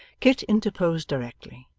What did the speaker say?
kit interposed directly,